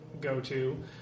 go-to